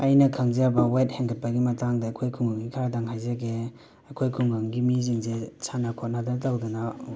ꯑꯩꯅ ꯈꯪꯖꯕ ꯋꯦꯠ ꯍꯦꯟꯒꯠꯄꯒꯤ ꯃꯇꯥꯡꯗ ꯑꯩꯈꯣꯏ ꯈꯨꯡꯒꯪꯒꯤ ꯈꯔꯗꯪ ꯍꯥꯏꯖꯒꯦ ꯑꯩꯈꯣꯏ ꯈꯨꯡꯒꯪꯒꯤ ꯃꯤꯁꯤꯡꯁꯦ ꯁꯥꯟꯅ ꯈꯣꯠꯅꯗꯅ ꯇꯧꯗꯅ